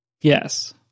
Yes